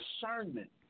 discernment